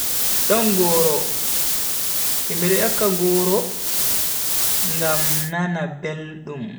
Don goro. Himbe do nyakka goro ngam nana beldum